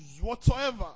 whatsoever